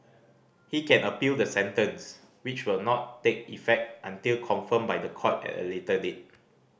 he can appeal the sentence which will not take effect until confirmed by the court at a later date